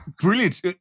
brilliant